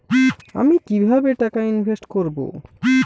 আমি কিভাবে টাকা ইনভেস্ট করব?